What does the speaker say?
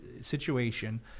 situation